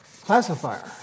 classifier